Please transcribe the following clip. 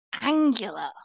angular